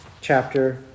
chapter